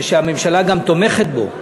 ושהממשלה גם תומכת בו,